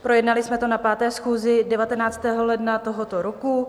Projednali jsme to na 5. schůzi 19. ledna tohoto roku.